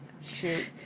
Shoot